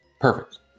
Perfect